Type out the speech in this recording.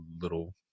little